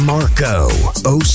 Marco